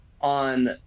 on